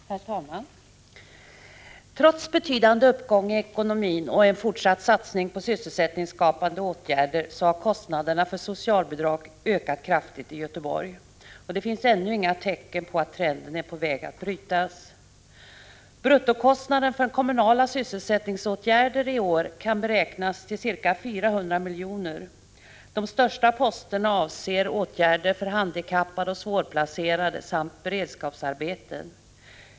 Herr talman! Trots betydande uppgång i ekonomin och en fortsatt satsning på sysselsättningsskapande åtgärder har kostnaderna för socialbidrag ökat kraftigt i Göteborg. Det finns ännu inga tecken på att trenden är på väg att brytas. Bruttokostnaderna för kommunala sysselsättningsåtgärder kan i år beräknas till ca 400 milj.kr. De största posterna avser åtgärder för handikappade och svårplacerade samt beredskapsarbeten.